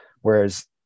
Whereas